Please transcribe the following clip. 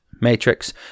Matrix